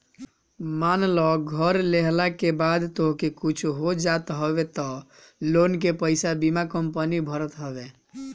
मान लअ घर लेहला के बाद तोहके कुछु हो जात हवे तअ लोन के पईसा बीमा कंपनी भरत हवे